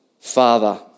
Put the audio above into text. father